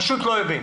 פשוט לא הבין.